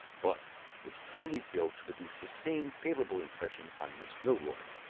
but which totally failed to produce the same favorable impression on miss milroy.